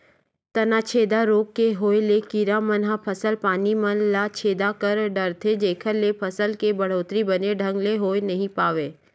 तनाछेदा रोग के होय ले कीरा मन ह फसल पानी मन ल छेदा कर डरथे जेखर ले फसल के बड़होत्तरी बने ढंग ले होय नइ पावय